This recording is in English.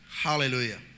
Hallelujah